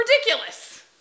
ridiculous